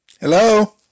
Hello